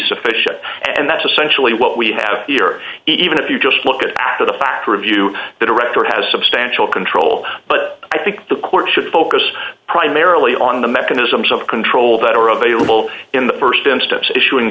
sufficient and that's essentially what we have here even if you just look at the fact review the director has substantial control but i think the court should focus primarily on the mechanisms of control that are available in the st instance issu